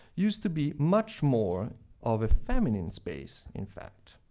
used to be much more of a feminine space, in fact.